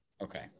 Okay